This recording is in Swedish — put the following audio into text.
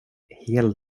hel